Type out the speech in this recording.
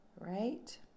right